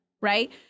right